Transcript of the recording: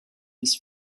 his